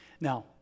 Now